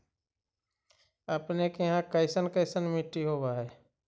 अपने के यहाँ कैसन कैसन मिट्टी होब है?